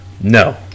no